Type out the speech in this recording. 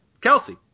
Kelsey